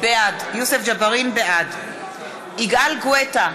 בעד יגאל גואטה,